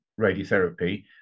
radiotherapy